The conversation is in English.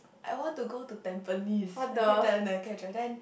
I want to go to Tampines I kept telling the cab driver then